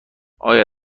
آیا